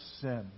sin